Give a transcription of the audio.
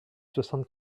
soixante